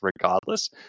regardless